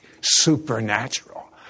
supernatural